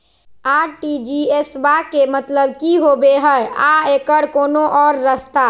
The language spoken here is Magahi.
आर.टी.जी.एस बा के मतलब कि होबे हय आ एकर कोनो और रस्ता?